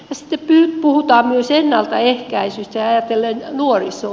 sitten puhutaan myös ennaltaehkäisystä ajatellen nuorisoa